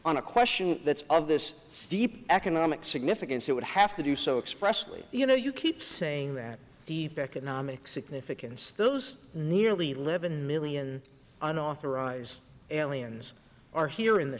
on a question that's of this deep economic significance it would have to do so expressly you know you keep saying that deep economic significance those nearly live in million unauthorized aliens are here in the